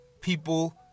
people